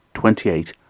twenty-eight